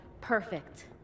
perfect